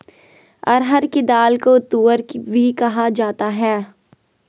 अरहर की दाल को तूअर भी कहा जाता है